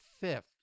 fifth